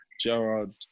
Gerard